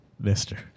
Mister